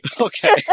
Okay